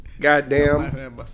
Goddamn